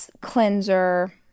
cleanser